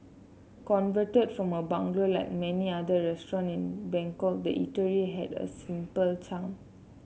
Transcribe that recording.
converted from a bungalow like many other restaurant in Bangkok the eatery had a simple charm